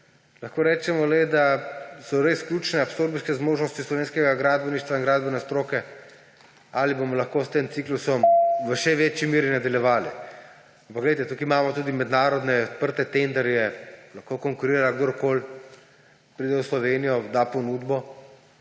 lahko rečemo le, da so res ključne absorpcijske zmožnosti slovenskega gradbeništva in gradbene stroke, ali bomo lahko s tem ciklusom v še večji meri nadaljevali. Ampak tukaj imamo tudi mednarodne odprte tenderje, konkurira lahko kdorkoli, pride v Slovenijo, da ponudbo